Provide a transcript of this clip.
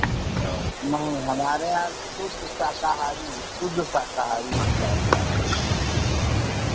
नहीं हमारे यहाँ शुद्ध शाकाहारी शुद्ध शाकाहारी मिलता है सारा चीज़